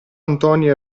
antonio